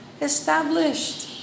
established